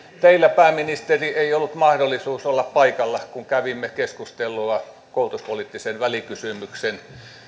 teillä pääministeri ei ollut mahdollisuutta olla paikalla kun kävimme keskustelua koulutuspoliittisen välikysymyksen